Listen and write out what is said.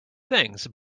things